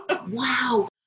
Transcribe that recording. wow